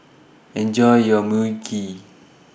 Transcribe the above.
Enjoy your Mui Kee